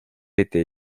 été